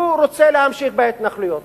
הוא רוצה להמשיך בהתנחלויות.